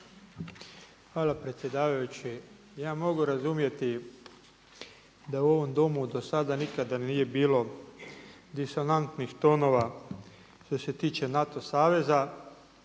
Hvala predsjedavajući. Ja mogu razumjeti da u ovom Domu do sada nikada nije bilo disonantnih tonova što se tiče NATO saveza,